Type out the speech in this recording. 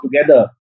together